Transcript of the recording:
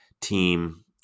team